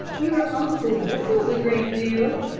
your uncle whistles a great deal,